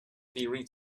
theory